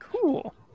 Cool